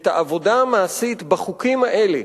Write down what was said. את העבודה המעשית בחוקים האלה,